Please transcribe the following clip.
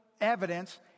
evidence